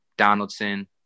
Donaldson